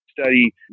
study